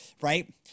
right